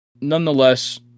nonetheless